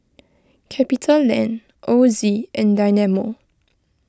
CapitaLand Ozi in Dynamo